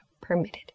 permitted